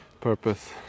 purpose